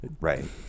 Right